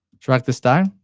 drag this down.